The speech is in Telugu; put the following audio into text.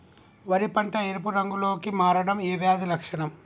వరి పంట ఎరుపు రంగు లో కి మారడం ఏ వ్యాధి లక్షణం?